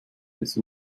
des